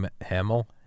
Hamill